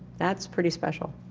that's pretty special.